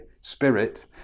spirit